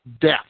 death